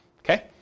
Okay